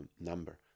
number